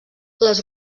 les